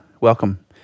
welcome